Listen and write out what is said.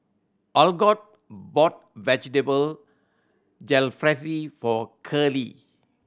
Algot bought Vegetable Jalfrezi for Curley